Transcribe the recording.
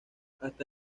hasta